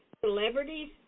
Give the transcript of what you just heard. celebrities